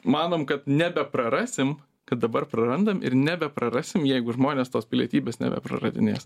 manom kad nebeprarasim kad dabar prarandam ir nebeprarasim jeigu žmonės tos pilietybės nebepraradinės